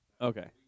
Okay